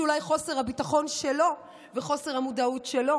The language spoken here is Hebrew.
שאולי חוסר הביטחון שלו וחוסר המודעות שלו